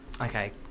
okay